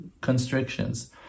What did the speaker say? constrictions